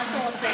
מה אתה רוצה?